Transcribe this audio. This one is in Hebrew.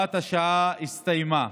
הוראת השעה הסתיימה.